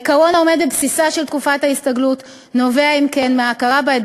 העיקרון העומד בבסיסה של תקופת ההסתגלות נובע אפוא